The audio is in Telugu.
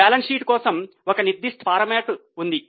బ్యాలెన్స్ షీట్ కోసం ఒక నిర్దిష్ట ఫార్మాట్ ఉంది